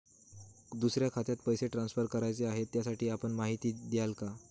दुसऱ्या खात्यात पैसे ट्रान्सफर करायचे आहेत, त्यासाठी आपण माहिती द्याल का?